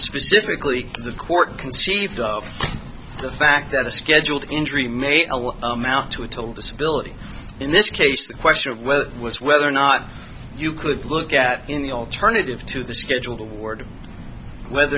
specifically the court conceived of the fact that a scheduled injury may tell what amount to a total disability in this case the question of whether it was whether or not you could look at any alternative to the scheduled award whether